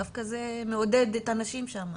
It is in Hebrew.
דווקא זה מעודד את הנשים שם.